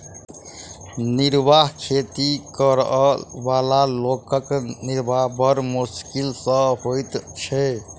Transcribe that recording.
निर्वाह खेती करअ बला लोकक निर्वाह बड़ मोश्किल सॅ होइत छै